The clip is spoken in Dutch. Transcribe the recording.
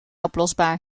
oplosbaar